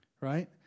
Right